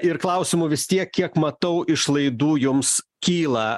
ir klausimų vis tiek kiek matau išlaidų jums kyla